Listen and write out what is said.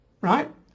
right